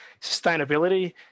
sustainability